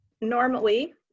normally